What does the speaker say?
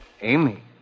Amy